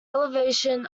elevation